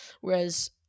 Whereas